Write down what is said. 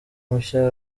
mushya